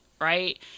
right